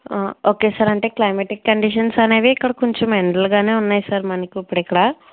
okay sir అంటే climatic conditions అనేవి ఇక్కడ కొంచెం ఎండలుగానే ఉన్నాయి సార్ మనకి ఇప్పుడు ఇక్కడ